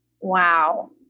Wow